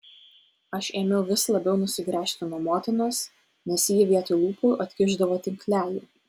aš ėmiau vis labiau nusigręžti nuo motinos nes ji vietoj lūpų atkišdavo tinklelį